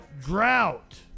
Drought